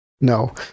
no